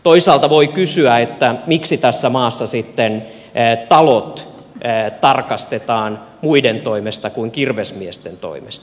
toisaalta voi kysyä miksi tässä maassa sitten talot tarkastetaan muiden toimesta kuin kirvesmiesten toimesta